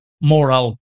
moral